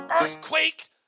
earthquake